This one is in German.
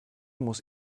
muss